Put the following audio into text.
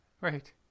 Right